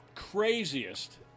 craziest